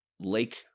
Lake